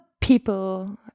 people